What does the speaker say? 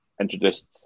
introduced